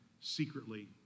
secretly